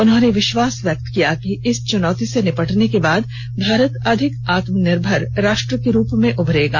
उन्होंने विश्वास व्यक्त किया कि इस चुनौती से निपटने के बाद भारत अधिक आत्मनिर्भर राष्ट्र के रूप में उभरेगा